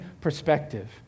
perspective